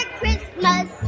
Christmas